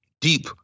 deep